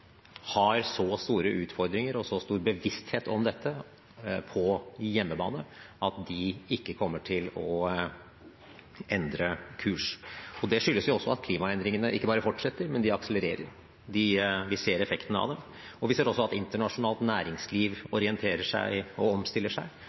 har så store utfordringer og så stor bevissthet om dette på hjemmebane at de ikke kommer til å endre kurs. Det skyldes jo også at klimaendringene ikke bare fortsetter, men de akselererer. Vi ser effekten av dem. Vi ser også at internasjonalt næringsliv